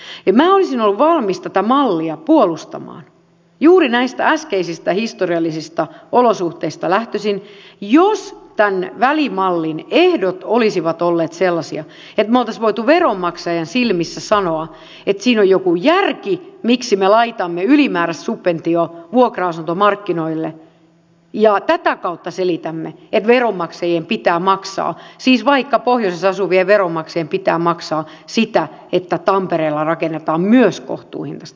minä olisin ollut valmis tätä mallia puolustamaan juuri näistä äskeisistä historiallisista olosuhteista lähtöisin jos tämän välimallin ehdot olisivat olleet sellaisia että me olisimme voineet veronmaksajan silmissä sanoa että siinä on joku järki miksi me laitamme ylimääräistä subventiota vuokra asuntomarkkinoille ja tätä kautta selitämme että veronmaksajien pitää maksaa siis vaikka pohjoisessa asuvien veronmaksajien pitää maksaa siitä että tampereella rakennetaan myös kohtuuhintaista asuntotuotantoa